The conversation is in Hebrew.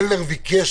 להצטרף